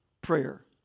prayer